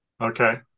Okay